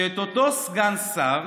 שאת אותו סגן שר